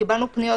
קיבלנו פניות,